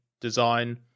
design